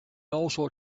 also